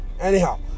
anyhow